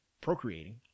procreating